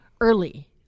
early